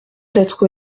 d’être